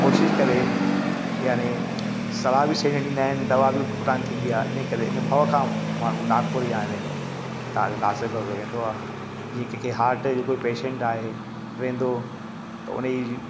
कोशिशि करे यानी सलाह बि सही न ॾींदा आहिनि दवा बि उटपटांग थींदी आहे इन करे इन भउ खां माण्हू नागपुर ई या हाणे तव्हां जो नासिक वेंदो आहे जीअं कंहिंखे हार्ट जो पेशंट आहे वेंदो त उन जी